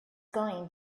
going